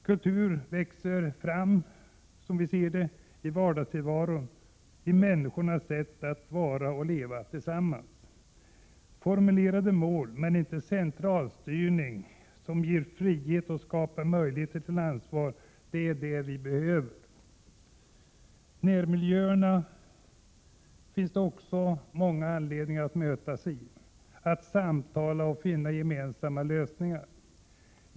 Kultur växer fram i vardagstillvaron — i människors sätt att vara och leva tillsammans. Formulerade mål — men inte centralstyrning — som ger frihet och skapar möjlighet till ansvar är vad vi behöver. I närmiljöerna finns det många anledningar att mötas, att samtala och finna gemensamma lösningar.